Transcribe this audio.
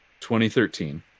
2013